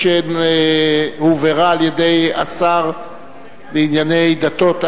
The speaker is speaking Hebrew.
שהועברה על-ידי השר לענייני דתות,